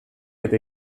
eta